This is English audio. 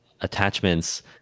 attachments